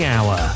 Hour